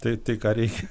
tai tai ką reikia